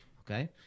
okay